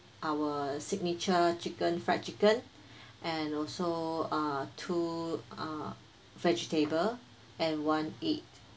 our signature chicken fried chicken and also uh two uh vegetable and one egg